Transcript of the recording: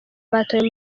batawe